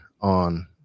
on